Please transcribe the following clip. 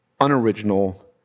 unoriginal